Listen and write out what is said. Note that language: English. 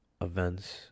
events